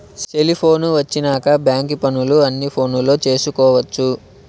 cellphone వచ్చినాక bank పనులు అన్ని ఫోనులో చేసుకొవచ్చు